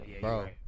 Bro